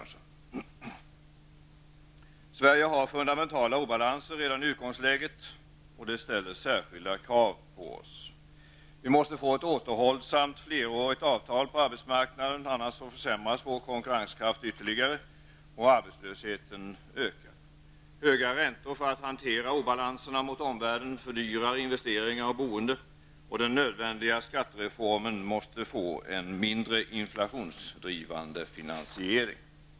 Sverige har fundamentala obalanser redan i utgångsläget. Det ställer särskilda krav på oss. Vi måste få ett återhållsamt, flerårigt avtal på arbetsmarknaden. Annars försämras vår konkurrenskraft ytterligare och arbetslösheten ökar. Höga räntor för att hantera obalanserna mot omvärlden fördyrar investeringar och boende. Den nödvändiga skattereformen måste få en mindre inflationsdrivande finansiering.